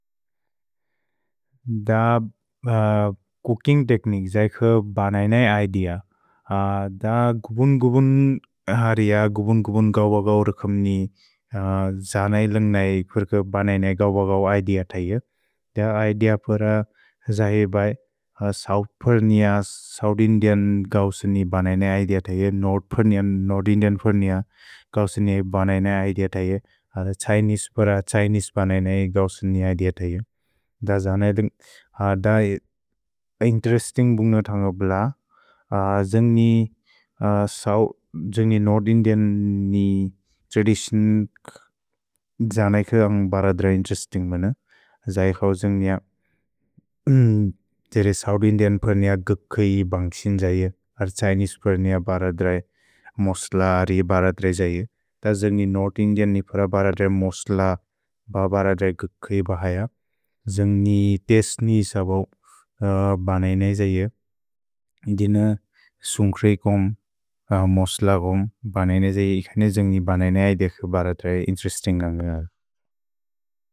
द cooking technique जय्क बनय्न इदेअ। द गुबुन् गुबुन् हरिअ, गुबुन् गुबुन् गौ बगौ रखम्नि, जहनय् लन्ग् नय् फ्य्र्क बनय्न इगौ बगौ इदेअ तये। द इदेअ पर जहे बै, सौद्फुर्निअ, सौदिन्दिअन् गौसनि बनय्न इदेअ तये, नोर्द्फुर्निअ, नोर्दिन्दिअन् फुर्निअ गौसनि बनय्न इदेअ तये। द जहनय् लन्ग्, द इन्तेरेस्तिन्ग् बुन्ग्न तन्ग ब्ल, जन्ग् नि, जन्ग् नि नोर्दिन्दिअन् नि त्रदितिओन् जहनय्क बरद्र इन्तेरेस्तिन्ग् बन। जहे खओ जन्ग् निय, तेरे सौदिन्दिअन् फुर्निअ गक्कयि बन्ग्क्सिन् जहे, अर्द् छैनिस् फुर्निअ बरद्र मोस्लरि बरद्र जहे। त जन्ग् नि नोर्दिन्दिअन् नि फुर्निअ बरद्र मोस्लरि बरद्र गक्कयि बहय। जन्ग् नि तेस्त् नि सबौ बनय्न इज इअ। न्दिन सुन्ग्क्रिकोम्, मोस्लरोम्, बनय्न इज इअ, इखने जन्ग् नि बनय्न इदेअ खु बरद्र इन्तेरेस्तिन्ग् गन्ग।